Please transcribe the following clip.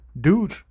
dude